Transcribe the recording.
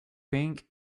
pink